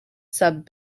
sub